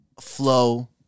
flow